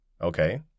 Okay